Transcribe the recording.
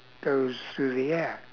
goes through the air